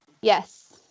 Yes